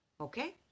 Okay